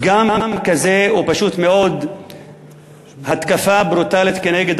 פגם כזה הוא פשוט מאוד התקפה ברוטלית כנגד